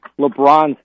LeBron